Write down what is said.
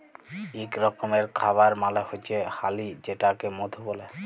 ইক রকমের খাবার মালে হচ্যে হালি যেটাকে মধু ব্যলে